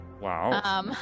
Wow